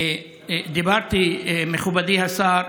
דיברתי, מכובדי השר,